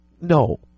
No